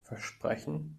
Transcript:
versprechen